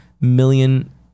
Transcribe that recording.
million